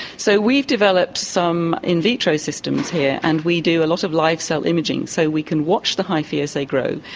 so we've developed some in vitro systems here. and we do a lot of live cell imaging, so we can watch the hyphae as they grow,